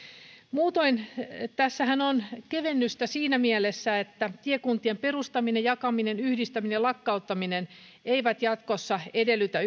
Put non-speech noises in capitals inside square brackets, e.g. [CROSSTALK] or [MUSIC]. muutoin tässähän on kevennystä siinä mielessä että tiekuntien perustaminen jakaminen yhdistäminen ja lakkauttaminen eivät jatkossa edellytä [UNINTELLIGIBLE]